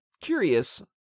curious